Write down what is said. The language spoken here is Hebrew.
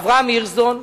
אברהם הירשזון,